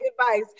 advice